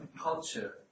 culture